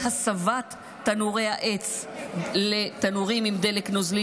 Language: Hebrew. להסבת תנורי העץ לתנורים עם דלק נוזלי,